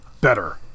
better